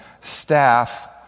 staff